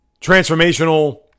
transformational